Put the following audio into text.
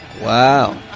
Wow